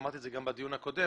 אמרתי את זה גם בדיון הקודם,